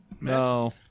No